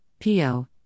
PO